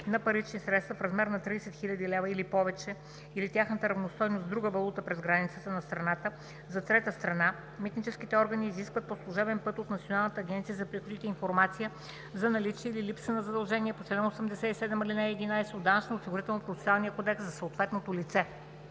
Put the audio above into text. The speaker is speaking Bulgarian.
на парични средства в размер на 30 000 лв. или повече или тяхната равностойност в друга валута през границата на страната за трета страна митническите органи изискват по служебен път от Националната агенция за приходите информация за наличие или липса на задължения по чл. 87, ал. 11 от Данъчно осигурителния процесуален кодекс за съответното лице.“